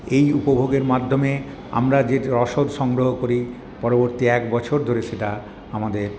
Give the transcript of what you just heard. এই উপভোগের মাধ্যমে আমরা যে রসদ সংগ্রহ করি পরবর্তী এক বছর ধরে সেটা আমাদের